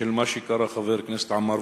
של מה שקרא חבר הכנסת עמאר,